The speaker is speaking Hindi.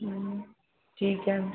ठीक है